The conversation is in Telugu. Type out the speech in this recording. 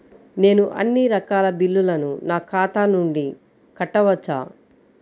నేను అన్నీ రకాల బిల్లులను నా ఖాతా నుండి కట్టవచ్చా?